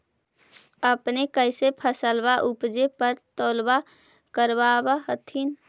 अपने कैसे फसलबा उपजे पर तौलबा करबा होत्थिन?